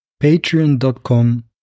Patreon.com